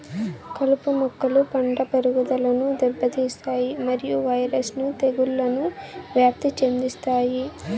కలుపు మొక్కలు పంట పెరుగుదలను దెబ్బతీస్తాయి మరియు వైరస్ ను తెగుళ్లను వ్యాప్తి చెందిస్తాయి